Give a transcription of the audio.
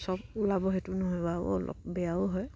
চব ওলাব সেইটো নহয় বাৰু অলপ বেয়াও হয়